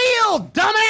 dumbass